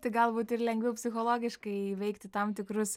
tai galbūt ir lengviau psichologiškai įveikti tam tikrus